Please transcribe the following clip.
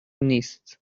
نیست